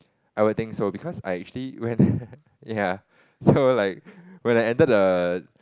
I don't think so because I actually went ya so like when I entered the